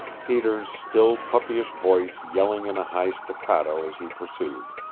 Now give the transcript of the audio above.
peter's still puppyish voice yelling in a high staccato as he pursued.